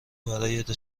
برایت